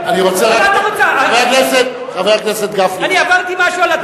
אני אמרתי משהו על,